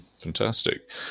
Fantastic